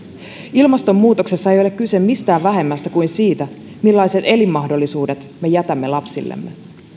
ilmastonmuutoksessa ei ole kyse mistään vähemmästä kuin siitä millaiset elinmahdollisuudet me jätämme lapsillemme